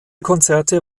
konzerte